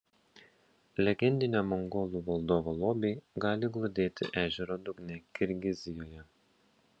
legendinio mongolų valdovo lobiai gali glūdėti ežero dugne kirgizijoje